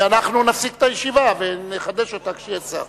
אנחנו נפסיק את הישיבה ונחדש אותה כשיהיה שר.